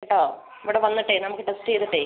കേട്ടോ ഇവിടെ വന്നിട്ടേ നമ്മൾക്ക് ടെസ്റ്റ് ചെയ്തിട്ടേ